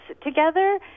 together